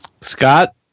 Scott